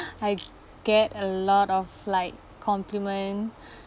I get a lot of like compliment